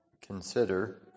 consider